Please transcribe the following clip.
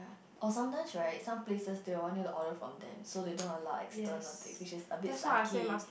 or sometime right some places they will want you to order from them so they don't allow external thing which is a bit